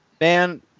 man